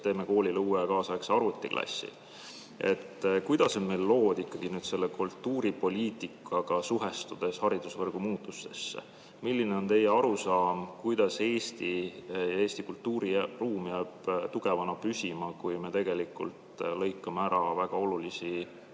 teeme koolile uue ja kaasaegse arvutiklassi. Kuidas on meil lood ikkagi selle kultuuripoliitikaga, suhestudes haridusvõrgu muutustesse? Milline on teie arusaam, kuidas Eesti ja Eesti kultuuriruum jäävad tugevana püsima, kui me lõikame ära väga olulisi